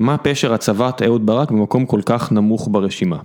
מה פשר הצוות אהוד ברק במקום כל כך נמוך ברשימה?